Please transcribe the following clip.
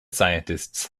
scientists